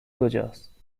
کجاست